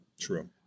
true